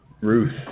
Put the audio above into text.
Ruth